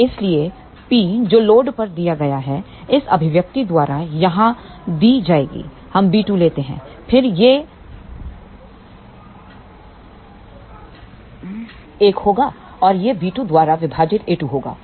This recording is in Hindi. तो इसलिए P जो लोड पर दिया गया है इस अभिव्यक्ति द्वारा यहां दी जाएगी हम b 2लेते हैं फिर यह 1 होगा और यह b2 द्वारा विभाजित a 2 होगा